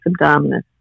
abdominis